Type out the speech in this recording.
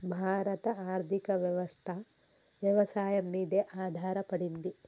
భారత ఆర్థికవ్యవస్ఠ వ్యవసాయం మీదే ఆధారపడింది